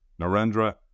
Narendra